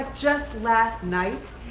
just last night,